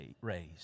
raised